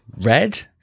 red